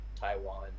taiwan